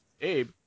Abe